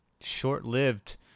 short-lived